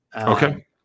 Okay